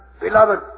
Beloved